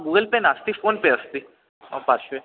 Google Pay नास्ति PhonePe अस्ति मम पार्श्वे